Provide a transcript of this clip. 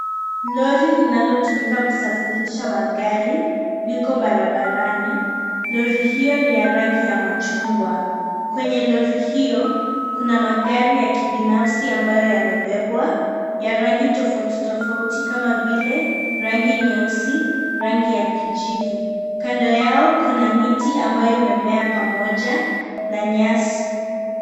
Lori linalotumika kusafirisha magari liko barabarani . Lori hiyo ni ya rangi ya machungwa . Kwenye lori hiyo kuna magari ya kibinafsi ambayo yamebebwa ya rangi tofauti tofauti kama vile rangi nyeusi , rangi ya kijivu . Kando yao kuna miti ambayo imemea pamoja na nyasi.